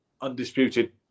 undisputed